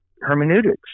hermeneutics